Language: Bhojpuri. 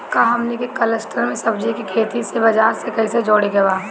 का हमनी के कलस्टर में सब्जी के खेती से बाजार से कैसे जोड़ें के बा?